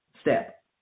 step